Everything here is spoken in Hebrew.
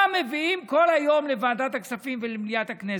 מה מביאים כל היום לוועדת הכספים ולמליאת הכנסת?